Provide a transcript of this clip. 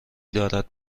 دارد